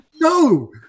No